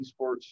esports